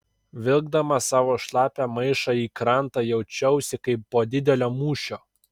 vilkdama savo šlapią maišą į krantą jaučiausi kaip po didelio mūšio